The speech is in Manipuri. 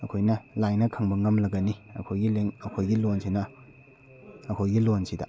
ꯑꯩꯈꯣꯏꯅ ꯂꯥꯏꯅ ꯈꯪꯕ ꯉꯝꯂꯒꯅꯤ ꯑꯩꯈꯣꯏꯒꯤ ꯑꯩꯈꯣꯏꯒꯤ ꯂꯣꯟꯁꯤꯅ ꯑꯩꯈꯣꯏꯒꯤ ꯂꯣꯟꯁꯤꯗ